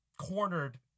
cornered